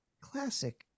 Classic